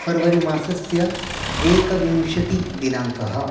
फ़र्वरिमासस्य एकविंशतिः दिनाङ्कः